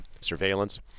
surveillance